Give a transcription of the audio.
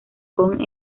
kong